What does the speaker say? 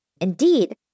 Indeed